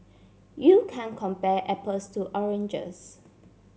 you can compare apples to oranges